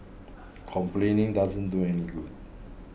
complaining doesn't do any good